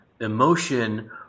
emotion